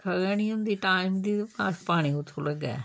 बरखा गै निं होंदी टाइम दी ते पानी कु'त्थूं लग्गे